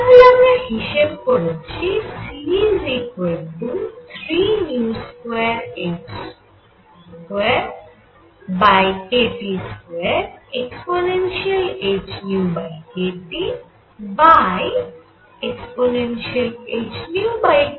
তাহলে আমরা হিসেব করেছি C3h22kT2 ehνkTehνkT 12